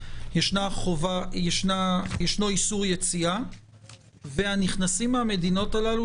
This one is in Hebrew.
ישנו איסור יציאה והנכנסים מהמדינות הללו,